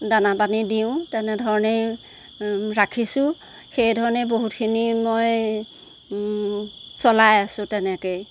দানা পানী দিওঁ তেনেধৰণেই ৰাখিছো সেই ধৰণেই বহুতখিনি মই চলাই আছো তেনেকেই